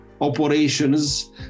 operations